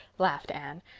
laughed anne.